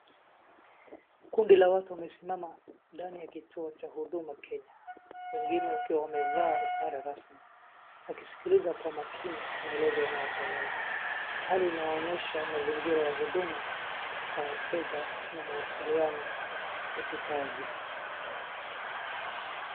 Kundi la watu wamesimama ndani ya kituo cha Huduma Kenya wengine wakiwa wamevaa sare rasmi wakisikiliza kwa makini maelezo yanayotolewa. Hali inayoonyesha mazingira ya huduma kwa wateja na mawasiliano ya kikazi.